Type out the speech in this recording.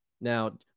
Now